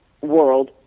world